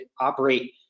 operate